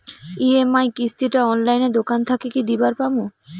EMI কিস্তি টা অনলাইনে দোকান থাকি কি দিবার পাম?